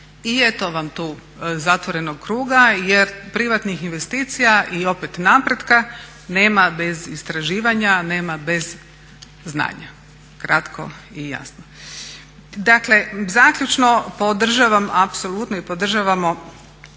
I eto vam tu zatvorenog kruga. Jer privatnih investicija i opet napretka nema bez istraživanja, nema bez znanja. Kratko i jasno. Dakle zaključno, podržavam apsolutno i podržavamo